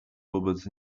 wobec